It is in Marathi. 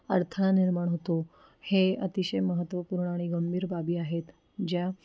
अडथळा निर्माण होतो हे अतिशय महत्त्वपूर्ण आणि गंभीर बाबी आहेत ज्या